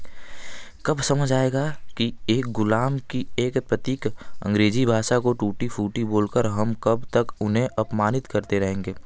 कब समझ आएगा कि एक गुलाम की एक प्रतीक अंग्रेजी भाषा को टूटी फूटी बोल कर हम कब तक उन्हें अपमानित करते रहेंगे